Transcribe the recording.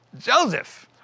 Joseph